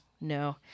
No